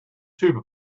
tuba